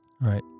Right